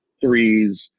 threes